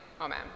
Amen